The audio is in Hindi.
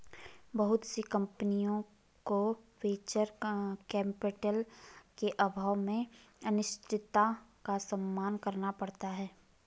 बहुत सी कम्पनियों को वेंचर कैपिटल के अभाव में अनिश्चितता का सामना करना पड़ता है